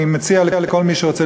אני מציע לכל מי שרוצה,